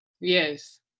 Yes